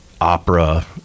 opera